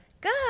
Good